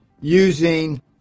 using